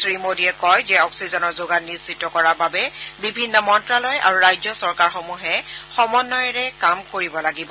শ্ৰীমোডীয়ে কয় যে অক্সিজেনৰ যোগান নিশ্চিত কৰাৰ বাবে বিভিন্ন মন্তালয় আৰু ৰাজ্য চৰকাৰসমূহে সমন্নয়েৰে কাম কৰিব লাগিব